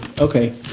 Okay